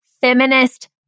feminist